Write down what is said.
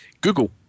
Google